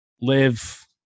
live